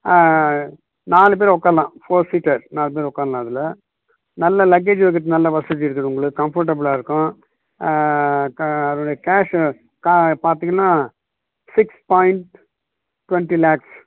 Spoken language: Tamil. நாலு பேர் உக்கார்லாம் ஃபோர் ஷீட்டர் நாலு பேர் உக்கார்லாம் அதில் நல்ல லக்கேஜு வைக்கிறதுக்கு நல்ல வசதி இருக்குது உள்ள கம்ஃபர்ட்டபுளாக இருக்கும் க அதுடைய கேஸு கா பார்த்திங்கன்னா சிக்ஸ் பாயிண்ட் ட்டுவெண்டி லாக்ஸ்